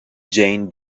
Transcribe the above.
jane